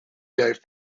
gave